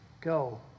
go